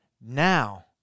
now